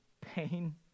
pain